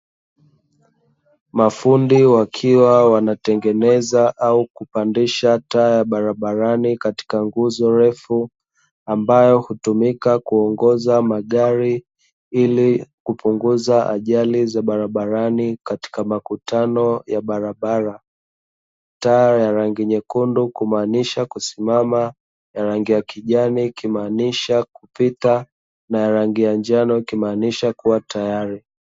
Mafundi wakiwa wanatengeneza au kupandisha taa ya barabarani katika nguzo refu, ambayo hutumika kuongoza magari ili kupunguza ajali za barabarani katika makutano ya barabara , taa ya rangi nyekundu kumaanisha kusimama, na rangi ya kijani kimaanisha kupita, na rangi ya njano ikimaanisha kuwa tayari.